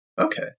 Okay